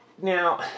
Now